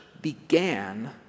began